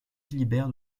philibert